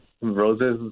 Roses